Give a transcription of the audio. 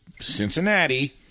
Cincinnati